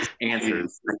answers